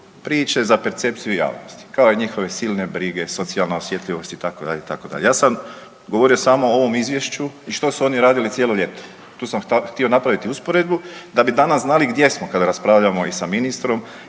priče za percepciju javnosti kao i njihove silne brige, socijalna osjetljivost itd. itd. Ja sam govorio samo o ovom izvješću i što su oni radili cijelo ljeto. Tu sam htio napraviti usporedbu, da bi danas znali gdje smo kada raspravljamo i sa ministrom